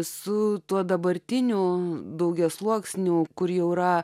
su tuo dabartinių daugiasluoksnių kurie yra